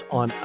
on